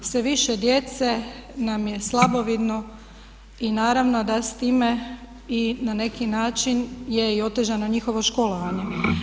Sve više djece nam je slabovidno i naravno da s time i na neki način je i otežano njihovo školovanje.